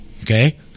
okay